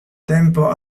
tempo